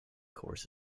course